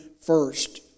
first